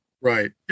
Right